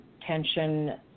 tension